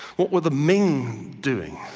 what were the ming doing?